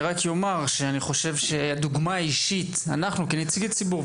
אני רק אומר שאני חושב שחלק מהדוגמה האישית שלנו כנציגי ציבור,